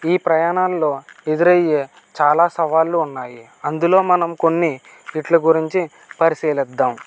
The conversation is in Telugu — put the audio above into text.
ఈ ప్రయాణంలో ఎదురయ్యే చాలా సవాళ్లు ఉన్నాయి అందులో మనం కొన్ని వీట్లి గురించి పరిశీలిద్దాం